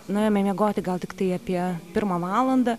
nuėjome miegoti gal tiktai apie pirmą valandą